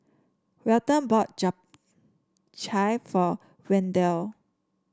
Welton bought Japchae for Wendell